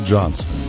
Johnson